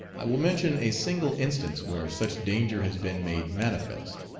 i will mention a single instance where such danger has been made manifest.